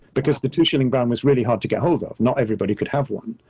because the two shilling brown was really hard to get hold of. not everybody could have one.